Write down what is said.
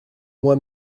moi